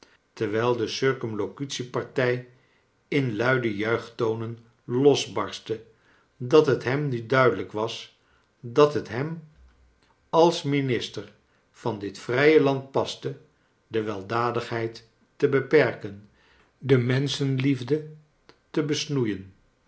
terwijl de circumlocutiepartij in luide juichtonen losbarstte dat bet bem nu duidelijk was dat bet bem als minister van dit vrije land paste de weldadigheid te beperken de menschenliefde te besnoeien